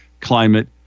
Climate